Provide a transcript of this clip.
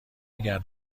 گرد